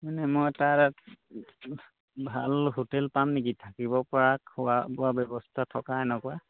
মানে মই তাত ভাল হোটেল পাম নেকি থাকিব পৰা খোৱা বোৱা ব্যৱস্থা থকা এনেকুৱা